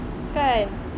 kan